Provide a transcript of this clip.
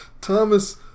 Thomas